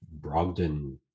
Brogdon